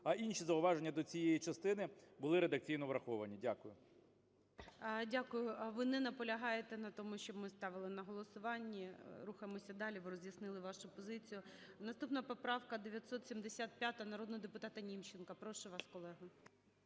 А інші зауваження до цієї частини були редакційно враховані. Дякую. ГОЛОВУЮЧИЙ. Дякую. Ви не наполягаєте на тому, щоб ми ставили на голосування. Рухаємося далі, бо роз'яснили вашу позицію. Наступна поправка – 975, народного депутата Німченка. Прошу вас, колего.